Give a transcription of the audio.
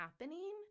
happening